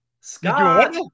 Scott